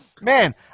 Man